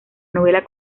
novela